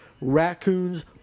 raccoons